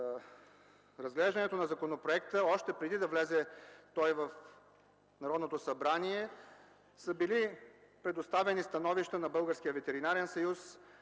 разглеждането на законопроекта, още преди да влезе той в Народното събрание, са били предоставени становища на